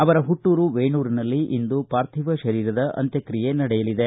ಅವರ ಹುಟ್ನೂರು ವೇಣೂರಿನಲ್ಲಿ ಇಂದು ಪಾರ್ಥಿವ ಶರೀರದ ಅಂತ್ವಚಿಯೆ ನಡೆಯಲಿದೆ